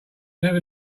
never